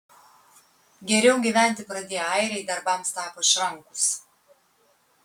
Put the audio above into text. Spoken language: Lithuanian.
geriau gyventi pradėję airiai darbams tapo išrankūs